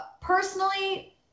Personally